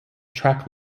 track